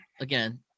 again